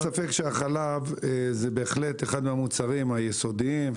אין ספק שהחלב זה בהחל אחד המוצרים היסודיים,